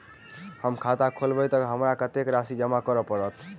हम खाता खोलेबै तऽ हमरा कत्तेक राशि जमा करऽ पड़त?